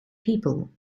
people